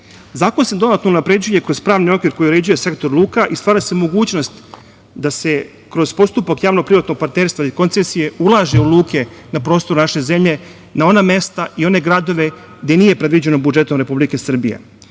se dodatno unapređuje kroz pravni okvir koji uređuje sektor luka i stvara se mogućnost da se kroz postupak javno-privatnog partnerstva i koncesije ulaže u luke na prostoru naše zemlje na ona mesta i one gradove gde nije predviđeno budžetom Republike Srbije. Kako